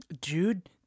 dude